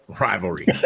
Rivalry